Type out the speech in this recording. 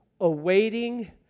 awaiting